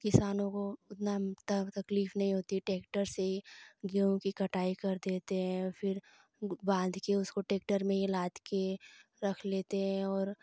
किसानों को उतना ते तकलीफ नहीं होती ट्रैक्टर से ही गेहूँ की कटाई कर देते हैं फिर बांध के उसको ट्रैक्टर में ही लाद कर रख लेते हैं और